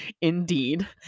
Indeed